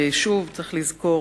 ושוב, צריך לזכור